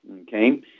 okay